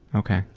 okay.